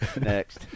next